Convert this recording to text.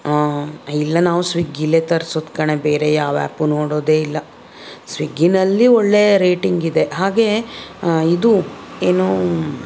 ಹಾಂ ಇಲ್ಲ ನಾವು ಸ್ವೀಗ್ಗಿಲೇ ತರ್ಸೋದು ಕಣೆ ಬೇರೆ ಯಾವ ಆ್ಯಪು ನೋಡೋದೇ ಇಲ್ಲ ಸ್ವಿಗ್ಗಿನಲ್ಲಿ ಒಳ್ಳೆಯ ರೇಟಿಂಗ್ ಇದೆ ಹಾಗೆ ಇದು ಏನೂ